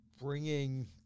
bringing